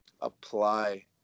apply